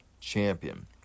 champion